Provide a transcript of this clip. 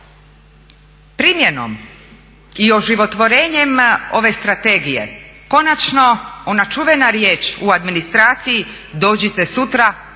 Primjenom i oživotvorenjem ove strategije konačno ona čuvena riječ u administraciji dođite sutra